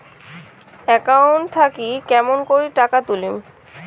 Account থাকি কেমন করি টাকা তুলিম?